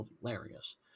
hilarious